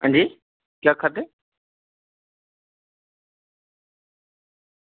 अंजी केह् आक्खा दे